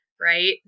Right